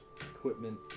equipment